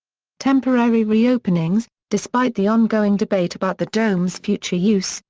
temporary reopenings despite the ongoing debate about the dome's future use,